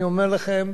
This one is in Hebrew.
אני אומר לכם,